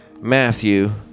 Matthew